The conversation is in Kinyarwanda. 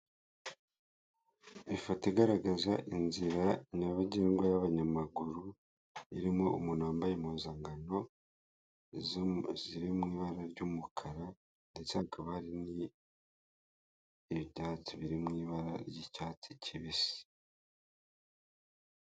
Ifoto igaragaza inzira nyabagendwa y'abanyamaguru irimo umuntu wambaye impuzankano ziri mu ibara ry'umukara, ndetse hakaba hari n' ibibyatsi biri mu ibara ry'icyatsi kibisi.